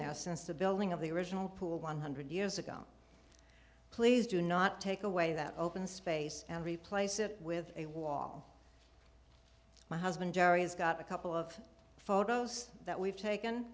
there since the building of the original pool one hundred years ago please do not take away that open space and replace it with a wall my husband jerry has got a couple of photos that we've taken